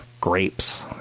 grapes